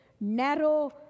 narrow